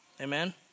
Amen